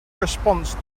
response